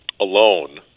alone